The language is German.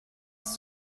ist